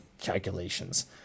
calculations